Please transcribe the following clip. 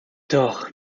doch